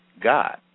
God